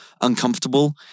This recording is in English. uncomfortable